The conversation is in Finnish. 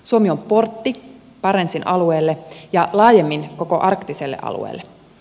suomi on portti barentsin alueelle ja laajemmin koko arktiselle alueelle